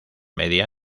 media